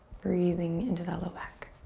breathing into that low back.